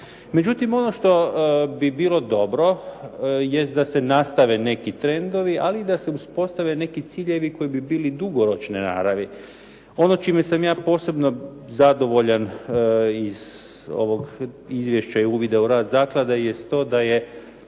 Međutim, ono što bi bilo dobro jest da se nastave neki trendovi, ali i da se uspostave neki ciljevi koji bi bili dugoročne naravi. Ono čime sam ja posebno zadovoljan iz ovog izvješća i uvida u rad zaklade jest to da su